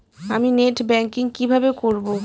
আমি net banking কিভাবে করব?